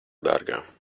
dārgā